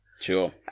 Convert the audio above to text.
Sure